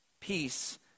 peace